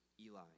Eli